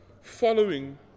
following